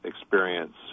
experience